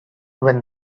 when